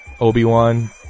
Obi-Wan